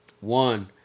One